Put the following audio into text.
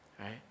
Right